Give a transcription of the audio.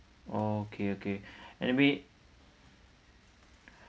okay okay may be